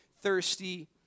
thirsty